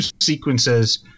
sequences